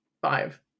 Five